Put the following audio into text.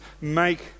make